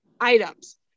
items